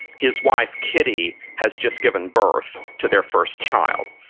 his wife kitty has just given birth to their first child.